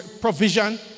provision